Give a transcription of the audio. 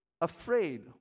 afraid